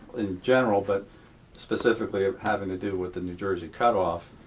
in general, but specifically having to do with the new jersey cut-off.